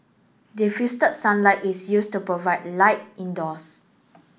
diffuse sunlight is used to provide light indoors